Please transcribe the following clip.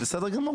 בסדר גמור,